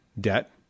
debt